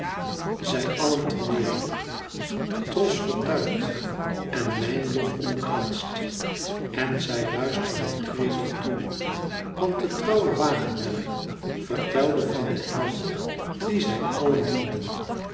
zij allen ter neder tros vertuit en wijnlof omkranst en zij luisterden gretig toe want de trouwe wagenmenner vertelde van den held dien zij allen